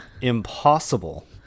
impossible